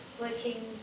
working